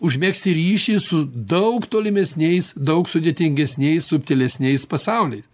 užmegzti ryšį su daug tolimesniais daug sudėtingesniais subtilesniais pasauliais